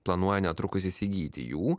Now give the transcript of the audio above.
planuoja netrukus įsigyti jų